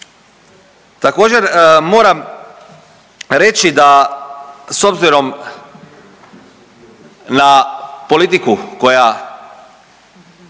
Također moram reći da s obzirom na politiku koja